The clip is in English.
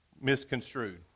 misconstrued